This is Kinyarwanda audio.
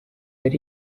ari